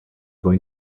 going